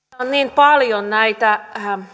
on niin paljon näitä